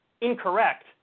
incorrect